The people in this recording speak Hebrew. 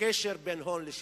כבוד היושב-ראש,